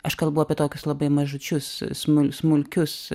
aš kalbu apie tokius labai mažučius smul smulkius